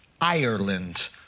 Ireland